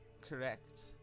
Correct